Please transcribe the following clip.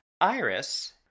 iris